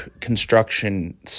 construction